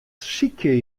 sykje